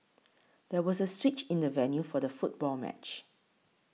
there was a switch in the venue for the football match